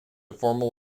formal